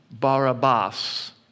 Barabbas